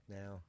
now